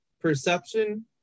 perception